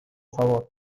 favor